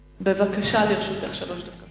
בבקשה, לרשותך שלוש דקות.